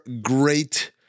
great